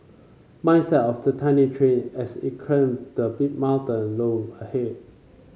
mindset of the tiny train as it climbed the big mountain loom ahead